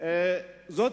זו